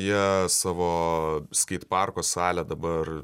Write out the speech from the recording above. jie savo skeitparko salę dabar